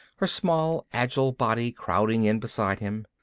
her small agile body crowding in beside him.